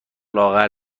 لاغر